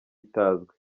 itazwi